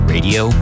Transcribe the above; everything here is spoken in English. Radio